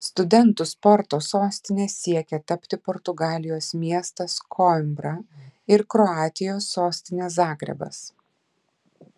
studentų sporto sostine siekia tapti portugalijos miestas koimbra ir kroatijos sostinė zagrebas